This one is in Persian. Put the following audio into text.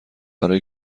برای